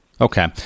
Okay